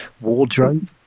Wardrobe